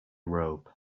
robe